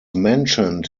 mentioned